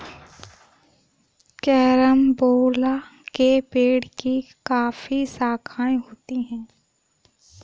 carambola के पेड़ की काफी शाखाएं होती है